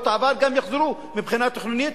יחזרו טעויות העבר מבחינה תכנונית.